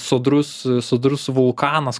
sodrus sodrus vulkanas